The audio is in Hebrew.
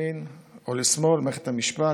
לימין או לשמאל מערכת המשפט,